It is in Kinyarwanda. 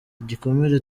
ibikomere